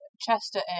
Chester